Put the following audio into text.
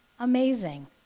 Amazing